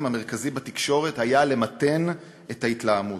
המרכזי בתקשורת היה למתן את ההתלהמות,